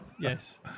Yes